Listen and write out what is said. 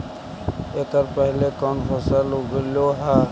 एकड़ पहले कौन फसल उगएलू हा?